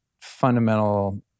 fundamental